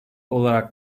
olarak